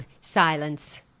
silence